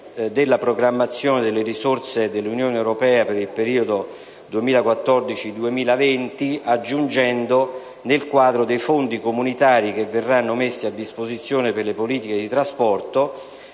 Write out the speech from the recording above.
della programmazione delle risorse dell'UE per il periodo 2014-2020», le seguenti: «nel quadro dei fondi comunitari che verranno messi a disposizione per le politiche di trasporto»,